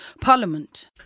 Parliament